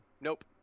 nope